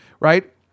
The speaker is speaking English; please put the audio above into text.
right